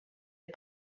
est